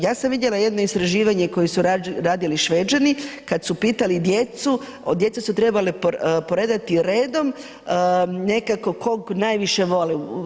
Ja sam vidjela jedno istraživanje koje su radili Šveđani kad su pitali djecu, djeca su trebala poredati redom nekog kog najviše vole.